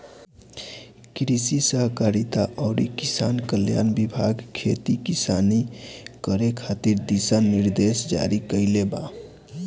कृषि सहकारिता अउरी किसान कल्याण विभाग खेती किसानी करे खातिर दिशा निर्देश जारी कईले बा